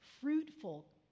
fruitful